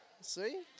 See